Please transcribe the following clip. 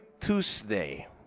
Tuesday